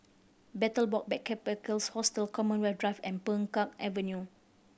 Betel Box Backpackers Hostel Commonwealth Drive and Peng Kang Avenue